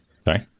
sorry